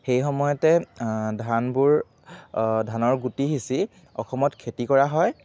সেই সময়তে ধানবোৰ ধনৰ গুটি সিঁচি অসমত খেতি কৰা হয়